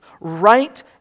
right